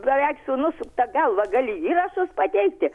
beveik sūnus per galvą gali įrašus pateikti